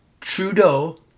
Trudeau